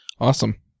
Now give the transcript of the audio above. awesome